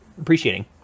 appreciating